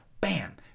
Bam